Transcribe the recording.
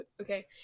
Okay